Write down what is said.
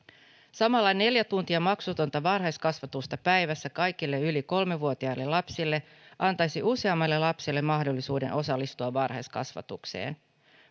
samalla neljä tuntia maksutonta varhaiskasvatusta päivässä kaikille yli kolme vuotiaille lapsille antaisi useammalle lapselle mahdollisuuden osallistua varhaiskasvatukseen